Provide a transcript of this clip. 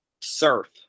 surf